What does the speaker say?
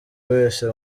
wese